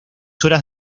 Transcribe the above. horas